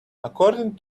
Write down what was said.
according